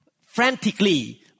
frantically